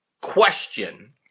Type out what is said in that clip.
question